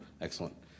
excellent